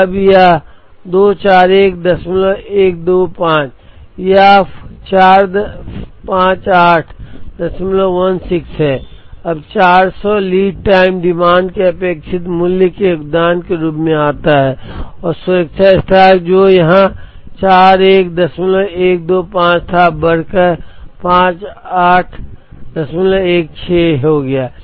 अब यह 241125 है यह 45816 है अब 400 लीड टाइम डिमांड के अपेक्षित मूल्य के योगदान के रूप में आता है और सुरक्षा स्टॉक जो यहां 41125 था अब बढ़कर 5816 हो गया है